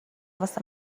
واسه